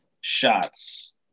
shots